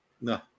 No